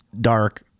dark